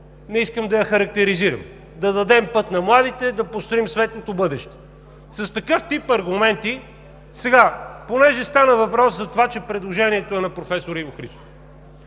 не искам да я характеризирам – „Да дадем път на младите. Да построим светлото бъдеще.“ С такъв тип аргументи… Понеже стана въпрос затова, че предложението е на професор Иво Христов.